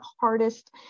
hardest